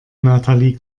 natalie